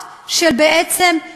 זה לא על חשבון הזמן שלי.